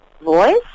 voice